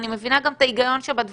אני מבינה גם את ההיגיון שבדברים,